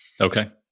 Okay